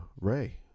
Ray